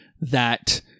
that-